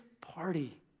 party